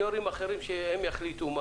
יו"רים אחרים, שהם יחליטו.